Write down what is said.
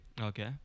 Okay